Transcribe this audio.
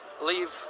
Leave